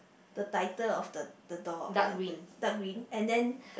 the title of the the door uh the dark green and then